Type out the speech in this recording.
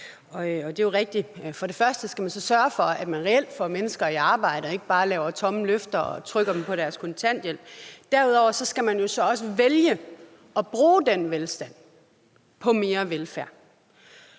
og det er jo rigtigt. For det første skal man så sørge for, at man reelt får mennesker i arbejde og ikke bare laver tomme løfter og trykker dem på deres kontanthjælp. Derudover skal man jo så også vælge at bruge den velstand på mere velfærd.